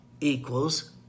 equals